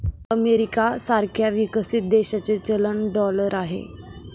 America सारख्या विकसित देशाचे चलन डॉलर आहे